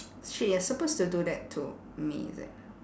shit you're supposed to do that to me is it